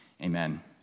Amen